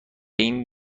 این